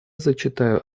зачитаю